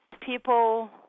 People